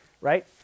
right